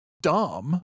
dumb